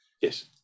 Yes